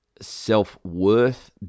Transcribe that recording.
self-worth